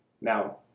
Now